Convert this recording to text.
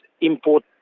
import